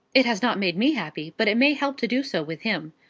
it has not made me happy but it may help to do so with him.